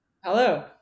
Hello